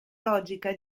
logica